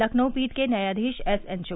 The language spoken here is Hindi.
लखनऊ पीठ के न्यायाधीश एस एन श